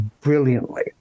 brilliantly